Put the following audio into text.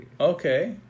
Okay